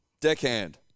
Deckhand